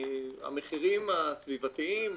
המחירים הסביבתיים,